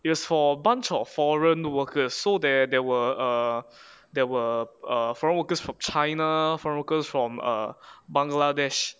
it was for a bunch of foreign workers so there there were there were err foreign workers from China foreign workers from Bangladesh